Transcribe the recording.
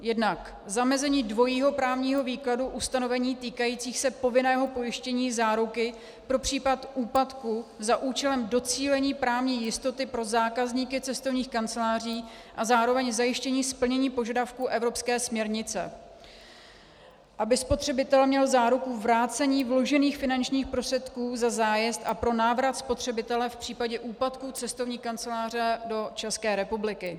Jednak zamezení dvojího právního výkladu ustanovení týkajících se povinného pojištění záruky pro případ úpadku za účelem docílení právní jistoty pro zákazníky cestovních kanceláří a zároveň zajištění splnění požadavků evropské směrnice, aby spotřebitel měl záruku vrácení vložených finančních prostředků za zájezd a pro návrat spotřebitele v případě úpadku cestovní kanceláře do České republiky.